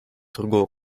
другого